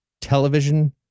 television